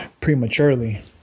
prematurely